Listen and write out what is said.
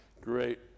Great